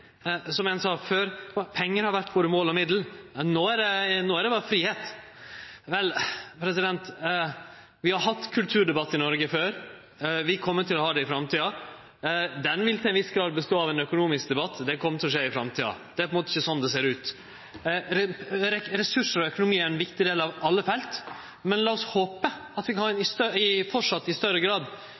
Som ein sa: Før har pengar vore både mål og middel, men no er det berre fridom. Vel, vi har hatt kulturdebatt i Noreg før, vi kjem til å ha det i framtida. Det vil til ei viss grad vere ein økonomisk debatt – det kjem til å skje i framtida. Det er på ein måte ikkje sånn det ser ut. Ressurs og økonomi er ein viktig del av alle felt, men lat oss håpe at vi fortsatt i større grad kan ha ein